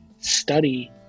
study